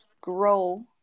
grow